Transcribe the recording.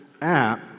app